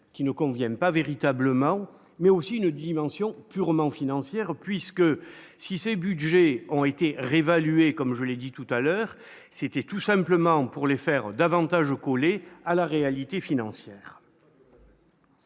qui nous conviennent pas, véritablement, mais aussi une dimension purement financières, puisque si ces Budgets ont été réévalués, comme je l'ai dit tout à l'heure, c'était tout simplement pour les faire davantage coller à la réalité financière.